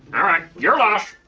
alright, your loss.